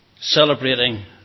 celebrating